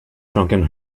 drunken